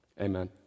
Amen